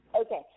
Okay